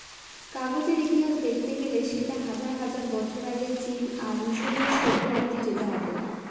কাগজের ইতিহাস দেখতে গেলে সেটা হাজার হাজার বছর আগে চীন আর মিসরীয় সভ্য অব্দি যেতে হবে